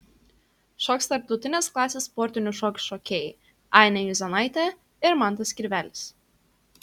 šoks tarptautinės klasės sportinių šokių šokėjai ainė juzėnaitė ir mantas kirvelis